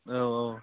औ औ